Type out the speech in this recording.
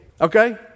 okay